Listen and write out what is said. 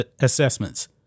assessments